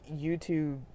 YouTube